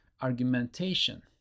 argumentation